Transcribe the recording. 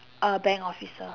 a bank officer